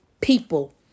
people